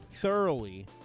thoroughly